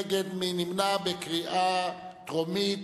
התשע"א 2011, בקריאה טרומית.